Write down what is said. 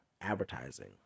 advertising